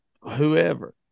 whoever